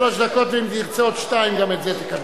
שלוש דקות, ואם תרצה עוד שתיים, גם את זה תקבל.